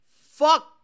Fuck